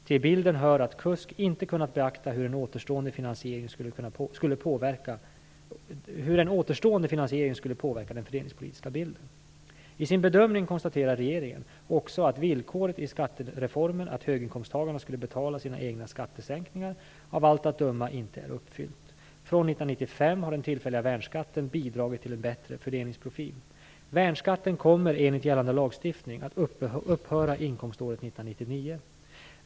Till bilden hör att KUSK inte kunnat beakta hur en återstående finansiering skulle påverka den fördelningspolitiska bilden. I sin bedömning konstaterade regeringen också att villkoret i skattereformen, att höginkomsttagarna skulle betala sina egna skattesänkningar, av allt att döma inte är uppfyllt. Från 1995 har den tillfälliga värnskatten bidragit till en bättre fördelningsprofil. Värnskatten kommer enligt gällande lagstiftning att upphöra inkomståret 1999.